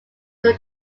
due